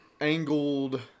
angled